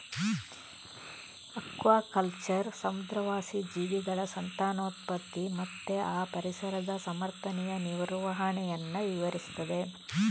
aquaculture ಸಮುದ್ರವಾಸಿ ಜೀವಿಗಳ ಸಂತಾನೋತ್ಪತ್ತಿ ಮತ್ತೆ ಆ ಪರಿಸರದ ಸಮರ್ಥನೀಯ ನಿರ್ವಹಣೆಯನ್ನ ವಿವರಿಸ್ತದೆ